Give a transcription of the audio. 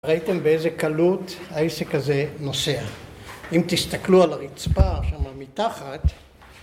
ראיתם באיזה קלות העסק הזה נוסע אם תסתכלו על הרצפה שמה מתחת